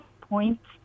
points